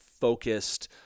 focused